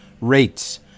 rates